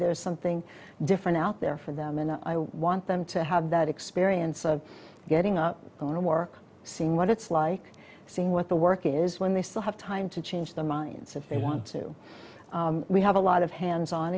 there's something different out there for them and i want them to have that experience of getting up going to work seeing what it's like seeing what the work is when they still have time to change their minds if they want to we have a lot of hands on